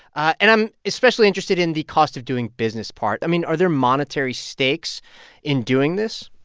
and i'm especially interested in the cost of doing business part. i mean, are there monetary stakes in doing this?